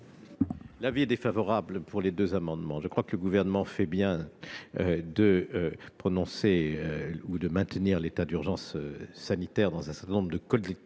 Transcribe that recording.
? Il est défavorable sur ces deux amendements. Je crois que le Gouvernement fait bien de maintenir l'état d'urgence sanitaire dans un certain nombre de collectivités